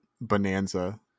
bonanza